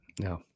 No